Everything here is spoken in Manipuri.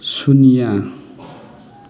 ꯁꯨꯟꯅ꯭ꯌ